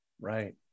Right